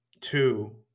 Two